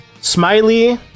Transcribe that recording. Smiley